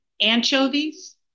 anchovies